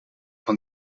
van